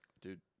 Dude